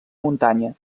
muntanya